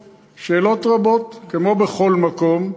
שאלות, שאלות רבות, כמו בכל מקום,